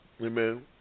Amen